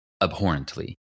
abhorrently